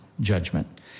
judgment